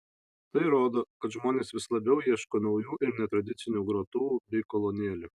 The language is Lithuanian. tai rodo kad žmonės vis labiau ieško naujų ir netradicinių grotuvų bei kolonėlių